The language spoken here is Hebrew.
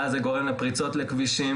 ואז זה גורם לפריצות לכבישים,